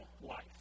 life